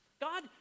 God